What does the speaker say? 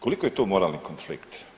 Koliko je to moralni konflikt?